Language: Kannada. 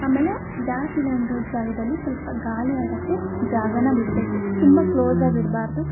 ಆಮೇಲೆ ಗ್ಯಾಸ್ ಸಿಲಿಂಡ್ರು ಜಾಗದಲ್ಲಿ ಸ್ವಲ್ಪ ಗಾಳಿ ಆಡೋಕೆ ಜಾಗನ ಬಿಡಬೇಕು ತುಂಬ ಕ್ಲೋಸಾಗಿ ಇಡಬಾರ್ದು